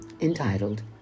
entitled